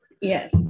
Yes